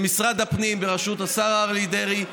למשרד הפנים בראשות השר אריה דרעי,